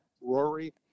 Rory